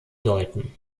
deuten